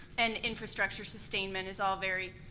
and infrastructure sustainment is all very,